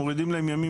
מורידים להם ימים